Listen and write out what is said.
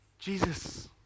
Jesus